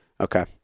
Okay